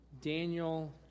Daniel